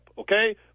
Okay